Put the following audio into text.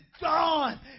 gone